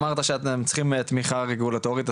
אתה אמרת שאתם צריכים את התמיכה הרגולטורית,